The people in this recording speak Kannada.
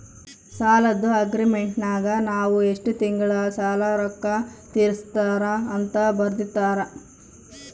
ಸಾಲದ್ದು ಅಗ್ರೀಮೆಂಟಿನಗ ನಾವು ಎಷ್ಟು ತಿಂಗಳಗ ಸಾಲದ ರೊಕ್ಕ ತೀರಿಸುತ್ತಾರ ಅಂತ ಬರೆರ್ದಿರುತ್ತಾರ